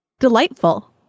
delightful